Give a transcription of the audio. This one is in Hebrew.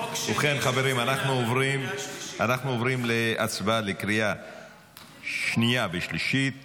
חברים, אנחנו עוברים להצבעה בקריאה שנייה